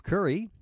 Curry